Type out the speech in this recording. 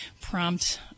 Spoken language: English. Prompt